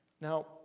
Now